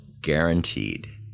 guaranteed